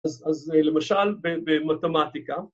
‫אז למשל במתמטיקה.